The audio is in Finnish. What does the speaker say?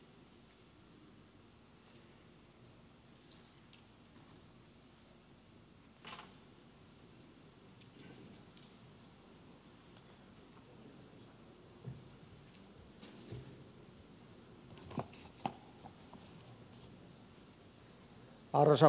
arvoisa puhemies